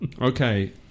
Okay